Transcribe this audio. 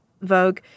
Vogue